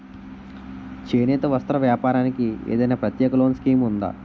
చేనేత వస్త్ర వ్యాపారానికి ఏదైనా ప్రత్యేక లోన్ స్కీం ఉందా?